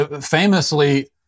Famously